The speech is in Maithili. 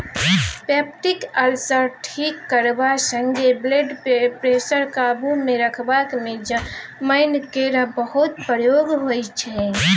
पेप्टीक अल्सर ठीक करबा संगे ब्लडप्रेशर काबुमे रखबाक मे जमैन केर बहुत प्रयोग होइ छै